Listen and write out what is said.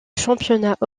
championnat